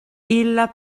illa